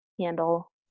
handle